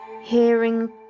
Hearing